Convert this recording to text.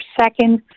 second